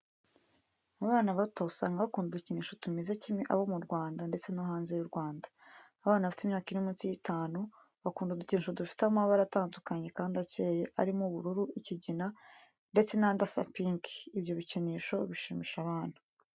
Abana bato usanga bakunda udukinisho tumeze kimwe abo mu Rwanda ndetse no hanze y'u Rwanda, abana bafite imyaka iri munsi y'itanu, bakunda udukinisho dufite amabara atandukanye kandi akeye, arimo ubururu, ikigina, ndetse n'andi asa pinki, Ibyo bikinisho bishimisha abana.